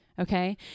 Okay